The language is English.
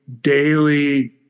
daily